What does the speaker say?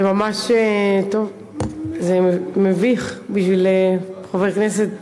זה ממש מביך, בשביל חבר כנסת,